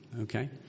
Okay